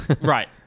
Right